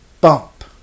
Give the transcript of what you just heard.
bump